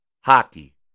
hockey